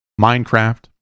Minecraft